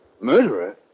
Murderer